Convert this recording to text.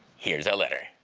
here's a letter.